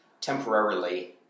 temporarily